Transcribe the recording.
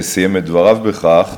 סיים את דבריו בכך,